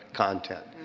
content.